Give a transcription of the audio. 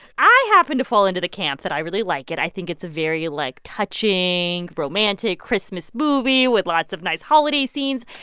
i happen to fall into the camp that i really like it. i think it's a very, like, touching, romantic christmas movie with lots of nice holiday scenes.